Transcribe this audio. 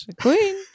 Queen